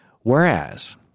Whereas